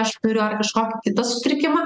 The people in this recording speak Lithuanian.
aš turiu ar kažkokį kitą sutrikimą